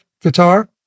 guitar